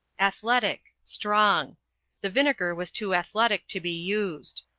athletic strong the vinegar was too athletic to be used.